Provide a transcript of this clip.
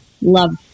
Love